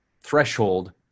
threshold